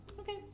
okay